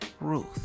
Ruth